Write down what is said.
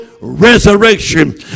resurrection